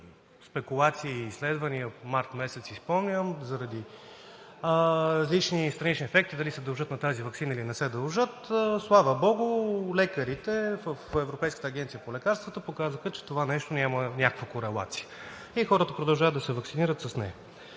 спекулации и изследвания, спомням си – март месец, заради различни странични ефекти: дали се дължат на тази ваксина, или не се дължат. Слава богу, лекарите в Европейската агенция по лекарствата показаха, че това нещо няма някаква корелация и хората продължават да се ваксинират с нея.